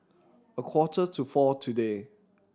a quarters to four today